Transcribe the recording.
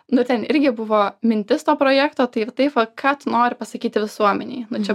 nu ten irgi buvo mintis to projekto tai ir taip va ką tu nori pasakyti visuomenei nu čia